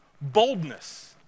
Boldness